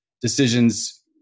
decisions